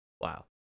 Wow